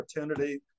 opportunity